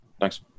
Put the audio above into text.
Thanks